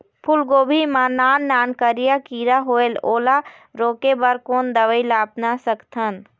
फूलगोभी मा नान नान करिया किरा होयेल ओला रोके बर कोन दवई ला अपना सकथन?